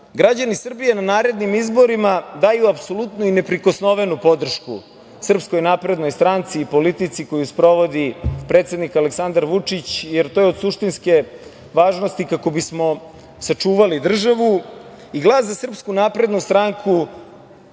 građani Srbije na narednim izborima daju apsolutnu i neprikosnovenu podršku Srpskoj naprednoj stranci i politici koju sprovodi predsednik Aleksandar Vučić, jer to je od suštinske važnosti kako bismo sačuvali državu. Glas za Srpsku naprednu stranku